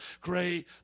great